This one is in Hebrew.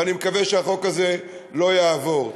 ואני מקווה שהחוק הזה לא יעבור.